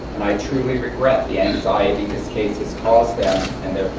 and i truly regret the anxiety this case has caused them and their